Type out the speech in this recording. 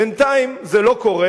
בינתיים זה לא קורה,